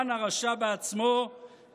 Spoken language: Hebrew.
המן הרשע בעצמו,